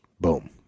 boom